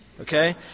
Okay